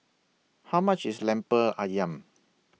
How much IS Lemper Ayam